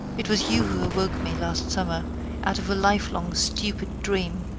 it was you who awoke me last summer out of a life-long, stupid dream.